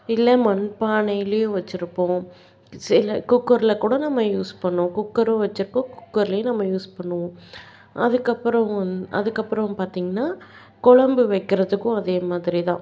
இல்லை மண்பானைலேயும் வெச்சுருப்போம் சில குக்கரில் கூட நம்ம யூஸ் பண்ணுவோம் குக்கரும் வெச்சுருக்கோம் குக்கர்லேயும் நம்ம யூஸ் பண்ணுவோம் அதுக்கப்புறம் வந் அதுக்கப்புறம் பார்த்தீங்கன்னா கொழம்பு வைக்கிறத்துக்கும் அதே மாதிரி தான்